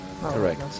Correct